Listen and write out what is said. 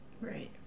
Right